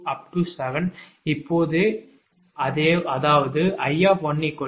7 இப்போதே அதாவது